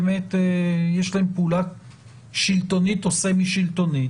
יש להם פעולה שלטונית או סמי שלטונית